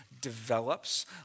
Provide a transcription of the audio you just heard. develops